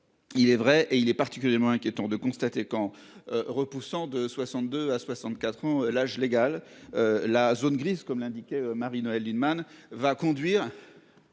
Il est vrai et il est particulièrement inquiétant de constater qu'en repoussant de 62 à 64 ans l'âge légal la zone grise comme l'indiquait Marie-Noëlle Lienemann va conduire.